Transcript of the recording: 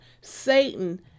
Satan